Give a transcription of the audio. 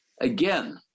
Again